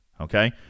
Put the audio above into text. Okay